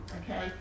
Okay